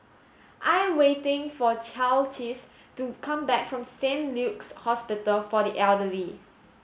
I am waiting for Carlisle to come back from Saint Luke's Hospital for the Elderly